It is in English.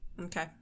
Okay